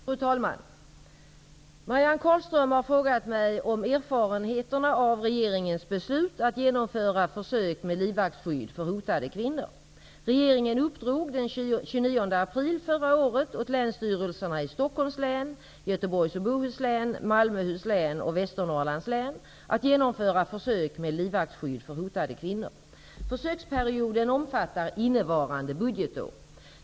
Fru talman! Marianne Carlström har frågat mig om erfarenheterna av regeringens beslut att genomföra försök med livvaktsskydd för hotade kvinnor. Västernorrlands län att genomföra försök med livvaktsskydd för hotade kvinnor.